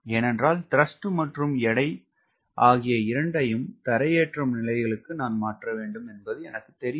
ஏனென்றால் த்ரஸ்ட் மற்றும் எடை ஆகிய இரண்டையும் தரையேற்றம் நிலைகளுக்கு மாற்ற வேண்டும் என்பது எனக்கு தெரியும்